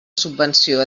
subvenció